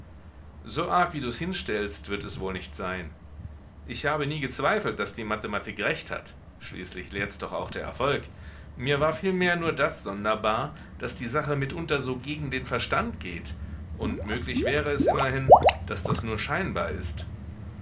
so arg wie du's hinstellst wird es wohl nicht sein ich habe nie gezweifelt daß die mathematik recht hat schließlich lehrt's doch auch der erfolg mir war vielmehr nur das sonderbar daß die sache mitunter so gegen den verstand geht und möglich wäre es immerhin daß das nur scheinbar ist